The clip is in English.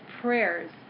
prayers